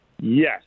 Yes